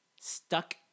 stuck